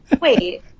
Wait